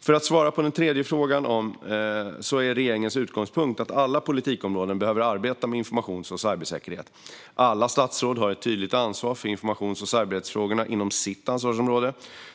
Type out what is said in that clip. För att svara på den tredje frågan är regeringens utgångspunkt att alla politikområden behöver arbeta med informations och cybersäkerhet. Alla statsråd har ett tydligt ansvar för informations och cybersäkerhetsfrågorna inom sitt ansvarsområde.